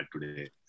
today